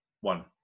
one